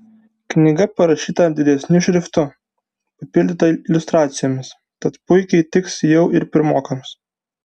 knyga parašyta didesniu šriftu papildyta iliustracijomis tad puikiai tiks jau ir pirmokams